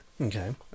Okay